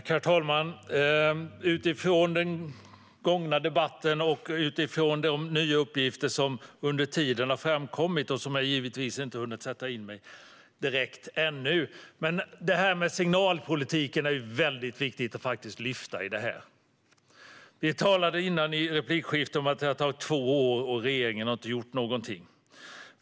Herr talman! Utifrån den gångna debatten och de nya uppgifter som under tiden har framkommit, som jag givetvis inte har hunnit sätta mig in i ännu, vill jag säga att det här med signalpolitiken är väldigt viktigt att lyfta fram. Vi talade tidigare i ett replikskifte om att det har tagit två år och att regeringen inte har gjort någonting.